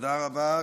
תודה רבה.